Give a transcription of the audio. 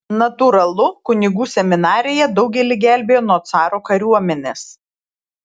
natūralu kunigų seminarija daugelį gelbėjo nuo caro kariuomenės